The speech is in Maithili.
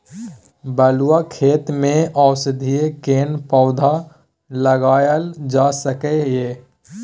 बलुआ खेत में औषधीय केना पौधा लगायल जा सकै ये?